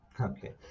Okay